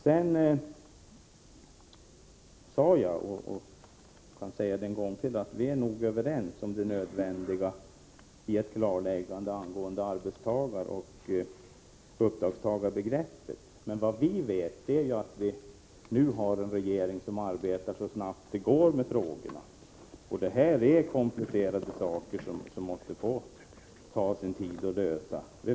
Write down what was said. Jag har sagt, och det kan jag upprepa, att vi nog är överens om det nödvändiga i ett klarläggande vad gäller begreppen arbetstagare och uppdragstagare. Men vi vet att vi nu har en regering som arbetar så snabbt det går med dessa frågor. De är mycket komplicerade, och det måste få ta sin tid att lösa dem.